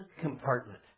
compartment